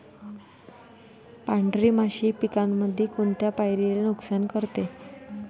पांढरी माशी पिकामंदी कोनत्या पायरीले नुकसान करते?